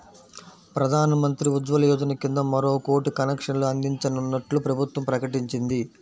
ప్రధాన్ మంత్రి ఉజ్వల యోజన కింద మరో కోటి కనెక్షన్లు అందించనున్నట్లు ప్రభుత్వం ప్రకటించింది